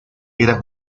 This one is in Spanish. era